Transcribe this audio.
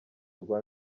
rwa